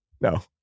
No